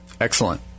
Excellent